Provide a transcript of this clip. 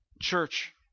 church